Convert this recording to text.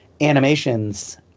animations